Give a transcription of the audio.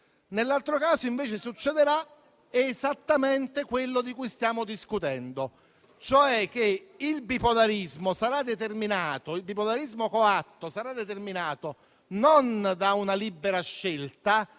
Nell'altro caso, invece, succederà esattamente quello di cui stiamo discutendo, cioè che il bipolarismo coatto sarà determinato non da una libera scelta,